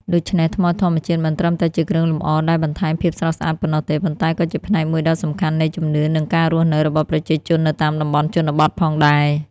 ដូច្នេះ ថ្មធម្មជាតិមិនត្រឹមតែជាគ្រឿងលម្អដែលបន្ថែមភាពស្រស់ស្អាតប៉ុណ្ណោះទេ ប៉ុន្តែក៏ជាផ្នែកមួយដ៏សំខាន់នៃជំនឿ និងការរស់នៅរបស់ប្រជាជននៅតាមតំបន់ជនបទផងដែរ។